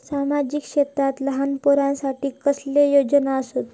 सामाजिक क्षेत्रांत लहान पोरानसाठी कसले योजना आसत?